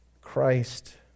Christ